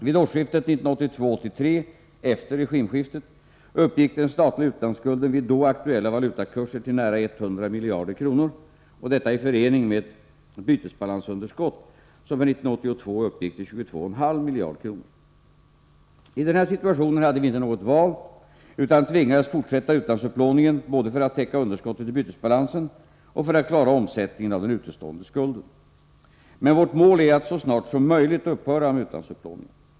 Vid årsskiftet 1982-1983, efter regimskiftet, uppgick den statliga utlandsskulden vid då aktuella valutakurser till nära 100 miljarder kronor, detta i förening med ett bytesbalansunderskott som för 1982 uppgick till 22,5 miljarder kronor. I denna situation hade vi inte något val utan tvingades fortsätta utlandsupplåningen både för att täcka underskottet i bytesbalansen och för att klara omsättningen av den utestående skulden. Men vårt mål är att så snart som möjligt upphöra med utlandsupplåningen.